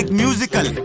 musical